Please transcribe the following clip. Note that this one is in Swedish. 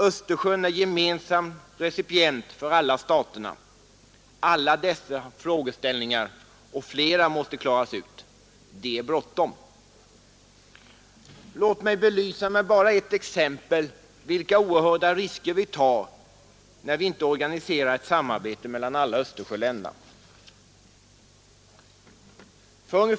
Östersjön är gemensam recipient för alla staterna. Alla dessa frågeställningar och flera måste klaras ut. Det är bråttom. Låt mig med bara ett exempel belysa vilka oerhörda risker vi tar när vi inte organiserar ett samarbete med alla Östersjöländerna.